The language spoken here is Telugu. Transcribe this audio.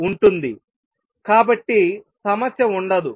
ఉంటుంది కాబట్టి సమస్య ఉండదు